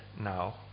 now